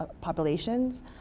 populations